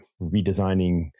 redesigning